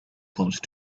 close